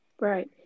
Right